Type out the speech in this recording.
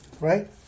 right